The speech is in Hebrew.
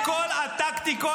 מה הקשר?